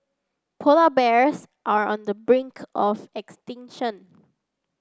polar bears are on the brink of extinction